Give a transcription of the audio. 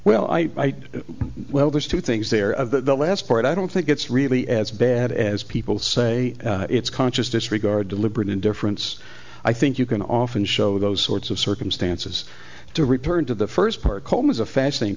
well i well there's two things there of the last part i don't think it's really as bad as people say it's conscious disregard deliberate indifference i think you can often show those sorts of circumstances to return to the first part colm is a fascinating